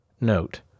Note